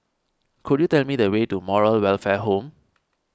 could you tell me the way to Moral Welfare Home